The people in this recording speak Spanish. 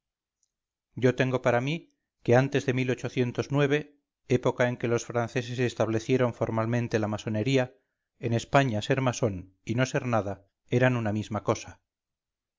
yo tengo para mí que antes de época en que los franceses establecieron formalmente la masonería en españa ser masón y no ser nada eran una misma cosa